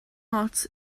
ots